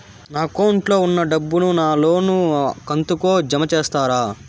నా అకౌంట్ లో ఉన్న డబ్బును నా లోను కంతు కు జామ చేస్తారా?